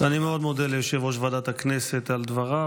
אני מאוד מודה ליושב-ראש ועדת הכנסת על דבריו.